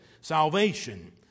Salvation